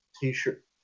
t-shirt